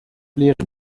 lehren